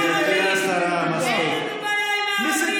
גברתי השרה, מספיק.